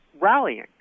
rallying